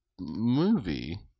movie